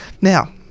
Now